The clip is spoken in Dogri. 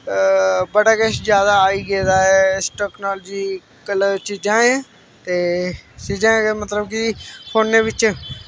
बड़ा किश ज्यादा आई गेदा ऐ इस टैकनॉलजिकल चीजां एह् ते चीजां ऐ मतलब कि फोनै बिच्च